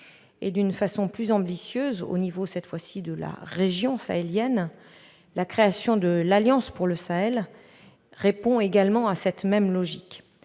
D'une façon plus ambitieuse, à l'échelon de la région sahélienne, la création de l'alliance pour le Sahel répond également à cette logique.